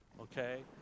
Okay